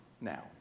now